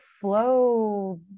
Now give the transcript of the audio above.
flow